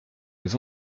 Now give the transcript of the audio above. les